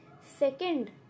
second